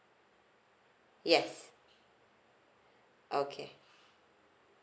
yes okay